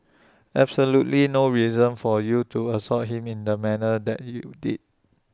absolutely no reason for you to assault him in the manner that you did